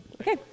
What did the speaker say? Okay